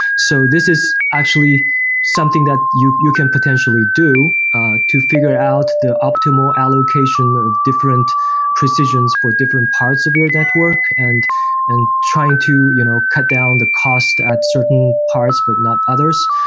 so this is actually something that you you can potentially do to figure out the optimal allocation of different positions for different parts of your network and and trying trying to you know cut down the cost at certain parts, but not others.